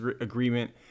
agreement